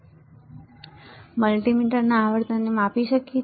હવે શું આ મલ્ટિમીટર આવર્તનને માપી શકે છે